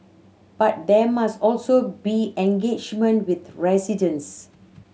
but there must also be engagement with residents